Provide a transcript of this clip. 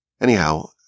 Anyhow